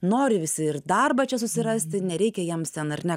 nori visi ir darbą čia susirasti nereikia jiems ten ar ne